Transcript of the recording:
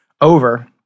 over